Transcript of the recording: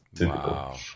Wow